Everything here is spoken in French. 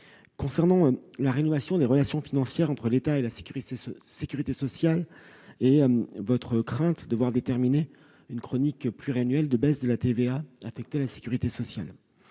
concerne la rénovation des relations financières entre l'État et la sécurité sociale, vous exprimez votre crainte de voir apparaître une chronique pluriannuelle de baisse de la TVA affectée à la sécurité sociale.